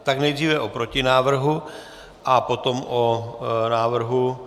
Takže nejdříve o protinávrhu a potom o návrhu.